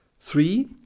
Three